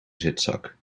zitzak